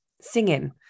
Singing